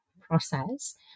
process